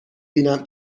بینم